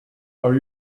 are